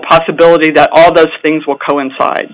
possibility that all those things will coincide